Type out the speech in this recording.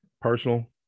personal